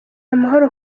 amahoro